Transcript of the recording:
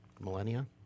millennia